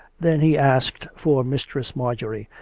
then he asked for mistress marjorie,